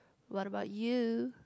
what about you